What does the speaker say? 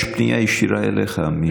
יש פנייה ישירה אליך.